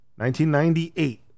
1998